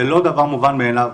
זה לא דבר מובן מאליו.